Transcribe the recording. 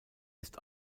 ist